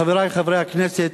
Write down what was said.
חברי חברי הכנסת,